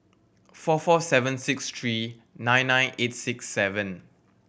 four four seven six three nine nine eight six seven